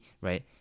right